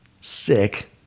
sick